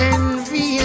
Envy